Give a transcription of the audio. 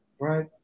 Right